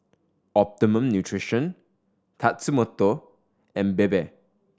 Optimum Nutrition Tatsumoto and Bebe